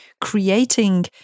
creating